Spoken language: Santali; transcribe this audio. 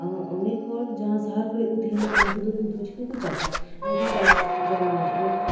ᱮᱵᱟᱨ ᱚᱱᱮᱠ ᱦᱚᱲ ᱡᱟᱸᱦᱟ ᱥᱟᱦᱟᱨ ᱠᱚᱨᱮᱜ ᱠᱚ ᱛᱟᱸᱦᱮᱱᱟ ᱩᱱᱠᱩ ᱫᱚ ᱠᱤᱱᱛᱩ ᱪᱤᱠᱟᱹ ᱠᱚ ᱪᱟᱥᱟ ᱩᱱᱠᱩ ᱪᱟᱥ ᱡᱚᱢ ᱨᱮᱱᱟᱜ ᱫᱚ